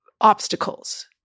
obstacles